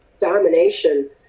domination